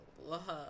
love